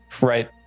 Right